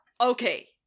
Okay